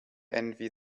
envy